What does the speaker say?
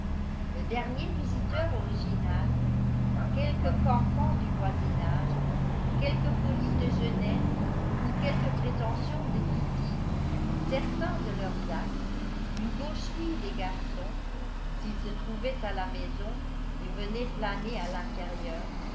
le dernier visiteur original quelque cancan du voisinage quelque folie de jeunesse ou quelque prétention de kitty certains de leurs actes une gaucherie des garçons sils se trouvaient à la maison et venaient flâner à